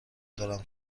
دارم